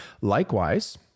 Likewise